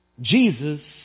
Jesus